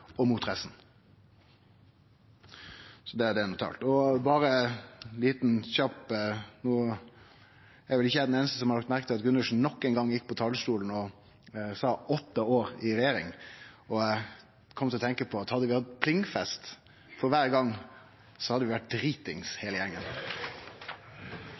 er det uttalt. Og berre kjapt til slutt: No er vel ikkje eg den einaste som har lagt merke til at representanten Gundersen nok ein gong gjekk på talarstolen og sa «åtte år i regjering». Eg kom til å tenkje på at hadde vi hatt plingfest og drukke for kvar gong, så hadde vi vore dritings